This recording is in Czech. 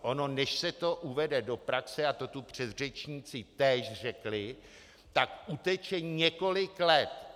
Ono než se to uvede do praxe, a to tu předřečníci též řekli, tak uteče několik let.